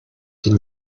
the